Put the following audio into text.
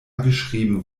geschrieben